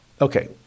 Okay